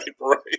right